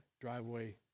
driveway